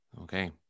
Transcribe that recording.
Okay